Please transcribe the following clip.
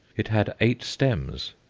it had eight stems,